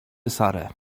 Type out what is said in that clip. sarę